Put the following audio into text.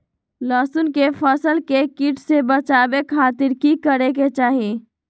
लहसुन के फसल के कीट से बचावे खातिर की करे के चाही?